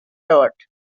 award